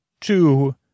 Two